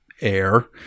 air